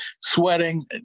sweating